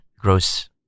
gross